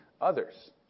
others